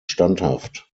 standhaft